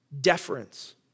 deference